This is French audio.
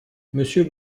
monsieur